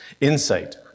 insight